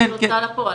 הוצאה לפועל,